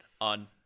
on